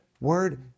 word